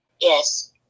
Yes